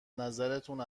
نظرتون